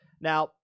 now